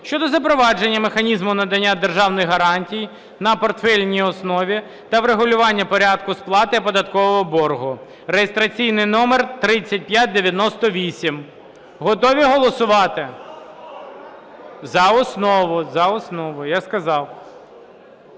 щодо запровадження механізму надання державних гарантій на портфельній основі та врегулювання порядку сплати податкового боргу (реєстраційний номер 3598). Готові голосувати? ГОЛОС